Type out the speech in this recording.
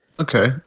Okay